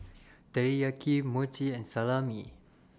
Teriyaki Mochi and Salami